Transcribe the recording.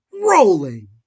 rolling